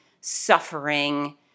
suffering